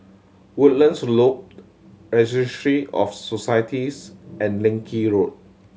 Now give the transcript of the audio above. Woodlands Loop Registry of Societies and Leng Kee Road